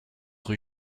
rue